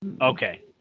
Okay